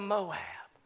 Moab